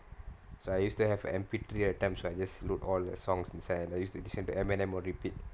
so I used to have an M_P three that time just load all the songs inside and I used to listen to eminem on repeat